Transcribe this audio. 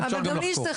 יש תקנות,